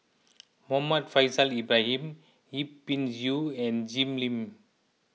Muhammad Faishal Ibrahim Yip Pin Xiu and Jim Lim